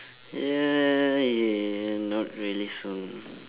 yeah yeah not really soon